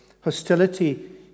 hostility